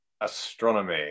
astronomy